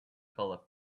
colour